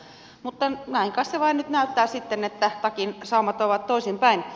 mutta näin kai se vain nyt näyttää sitten että takin saumat ovat toisinpäin